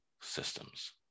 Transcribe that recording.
systems